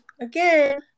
again